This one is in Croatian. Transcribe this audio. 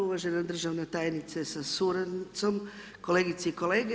Uvažena državna tajnice sa suradnicom, kolegice i kolege.